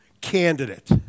candidate